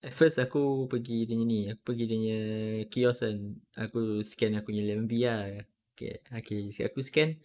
at first aku pergi dia punya ni aku pergi dia punya kiosk kan aku scan aku punya eleven B ah okay okay isi~ aku scan